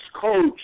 coach